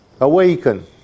Awaken